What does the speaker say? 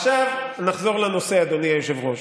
עכשיו נחזור לנושא, אדוני היושב-ראש.